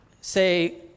say